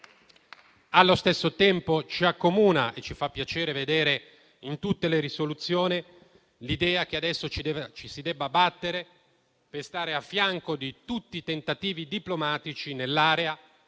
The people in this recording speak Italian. Allo stesso tempo ci accomuna e ci fa piacere vedere in tutte le proposte di risoluzione l'idea che adesso ci si debba battere per stare al fianco di tutti i tentativi diplomatici nell'area, a